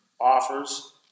offers